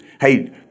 hey